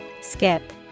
Skip